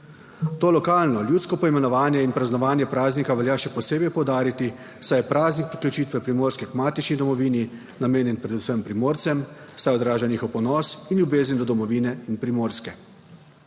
To lokalno ljudsko poimenovanje in praznovanje praznika velja še posebej poudariti, saj je praznik priključitve Primorske k matični domovini namenjen predvsem Primorcem, saj odraža njihov ponos in ljubezen do domovine in Primorske.